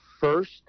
first